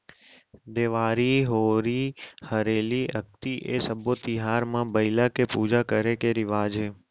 देवारी, होरी हरेली, अक्ती ए सब्बे तिहार म बइला के पूजा करे के रिवाज हे